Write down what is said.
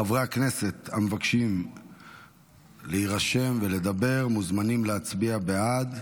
חברי הכנסת המבקשים להירשם ולדבר מוזמנים להצביע בעד.